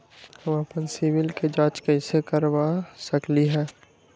हम अपन सिबिल के जाँच कइसे कर सकली ह?